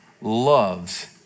Loves